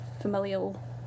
familial